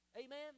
Amen